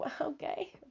okay